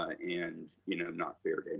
and you know, not fair to and